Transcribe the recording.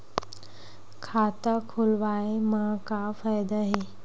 खाता खोलवाए मा का फायदा हे